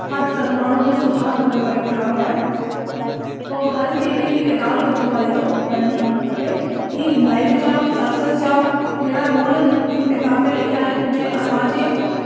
हद तक माण्हूअ में सुधार करण वारी किताबु आहे पोइ हर कंहिंखे हीअ किताबु हिकु वारी थो पढ़णी ई खपे हीअ लाइफ जा सक्सेस जा अहिड़ा रूल इन किताब में लिखिया आहिनि जे असांजे